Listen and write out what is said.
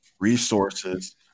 resources